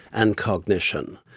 and cognition.